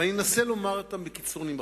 ואני אנסה לומר אותם בקיצור נמרץ.